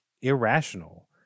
irrational